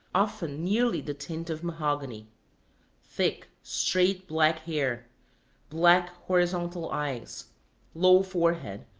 often nearly the tint of mahogany thick, straight, black hair black, horizontal eyes low forehead,